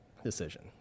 decision